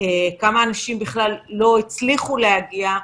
כמה אנשים בכלל לא הצליחו להגיע.